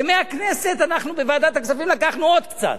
ומהכנסת, אנחנו, בוועדת הכספים, לקחנו עוד קצת.